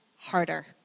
harder